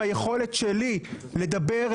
ביכולת שלי לדבר,